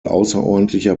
außerordentlicher